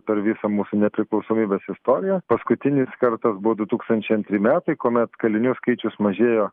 per visą mūsų nepriklausomybės istoriją paskutinis kartas buvo du tūkstančiai antri metai kuomet kalinių skaičius mažėjo